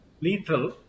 lethal